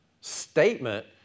statement